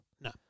No